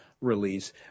release